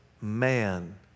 man